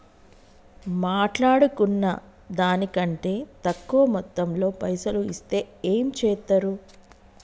మాట్లాడుకున్న దాని కంటే తక్కువ మొత్తంలో పైసలు ఇస్తే ఏం చేత్తరు?